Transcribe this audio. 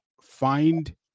find